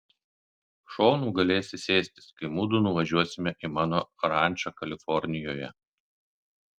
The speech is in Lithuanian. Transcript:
šonu galėsi sėstis kai mudu nuvažiuosime į mano rančą kalifornijoje